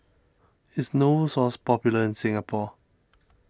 is Novosource popular in Singapore